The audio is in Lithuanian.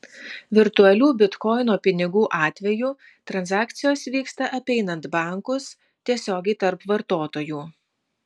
virtualių bitkoino pinigų atveju transakcijos vyksta apeinant bankus tiesiogiai tarp vartotojų